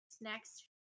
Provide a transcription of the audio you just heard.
next